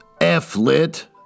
F-lit